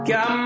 Got